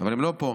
אבל הם לא פה.